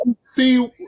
see